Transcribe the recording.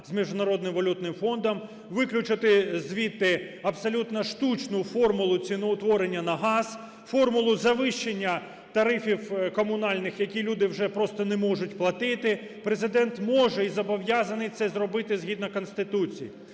фондом, виключити звідти абсолютно штучну формулу ціноутворення на газ, формулу завищення тарифів комунальних, які люди вже просто не можуть платити. Президент може і зобов'язаний це зробити згідно Конституції,